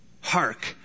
hark